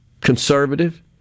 conservative